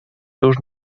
tuż